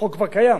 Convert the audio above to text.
החוק כבר קיים.